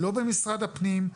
לא במשרד הפנים,